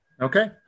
Okay